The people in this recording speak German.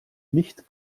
nicht